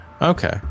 Okay